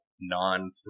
non